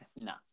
No